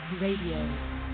Radio